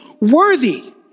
Worthy